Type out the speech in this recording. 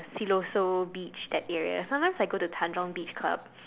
Siloso beach that area sometimes I go to Tanjong beach clubs